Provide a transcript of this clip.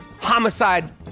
homicide